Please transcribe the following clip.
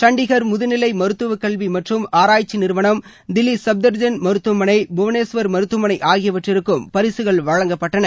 சண்டிகர் முதுநிலை மருத்துவக்கல்வி மற்றும் ஆராய்ச்சி நிறுவனம் தில்லி சப்தர்ஜன் மருத்துவமனை புவனேஸ்வர் மருத்துவமனை ஆகியவற்றிற்கும் பரிசுகள் வழங்கபட்டது